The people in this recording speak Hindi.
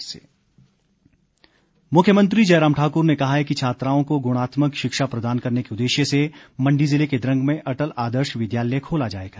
जयराम मुख्यमंत्री जयराम ठाकुर ने कहा है कि छात्राओं को गुणात्मक शिक्षा प्रदान करने के उदेश्य से मंडी ज़िले के द्रंग में अटल आदर्श विद्यालय खोला जाएगा